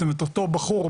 זאת אומרת אותו בחור,